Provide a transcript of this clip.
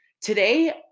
Today